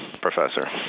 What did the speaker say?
professor